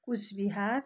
Cooch Behar